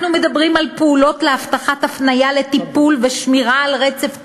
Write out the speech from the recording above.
אנחנו מדברים על פעולות להבטחת הפניה לטיפול ושמירה על רצף טיפולי.